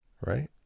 right